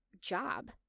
job